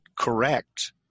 correct